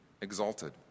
exalted